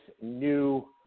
new